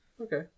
okay